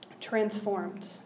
transformed